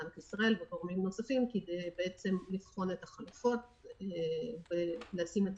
בנק ישראל וגורמים נוספים כדי לבחון את החלופות ולשים את